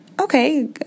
okay